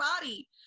body